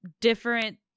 different